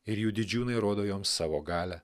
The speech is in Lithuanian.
ir jų didžiūnai rodo joms savo galią